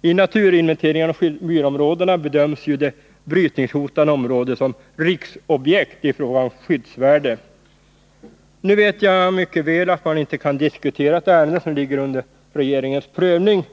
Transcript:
Vid naturinventeringar av myrområdena bedöms ju det brytningshotade området som riksobjekt i fråga om skyddsvärde. Nu vet jag mycket väl att man inte kan diskutera ett ärende som ligger under regeringens prövning.